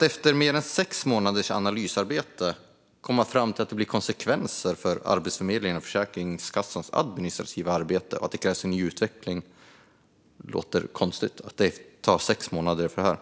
Efter mer än sex månaders analysarbete kommer man fram till att det blir konsekvenser för Arbetsförmedlingens och Försäkringskassans administrativa arbete och att det krävs en ny utveckling. Det låter konstigt att det tar sex månader.